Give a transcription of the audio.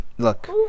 Look